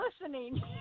listening